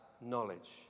knowledge